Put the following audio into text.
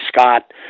Scott